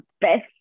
best